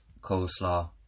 coleslaw